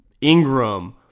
Ingram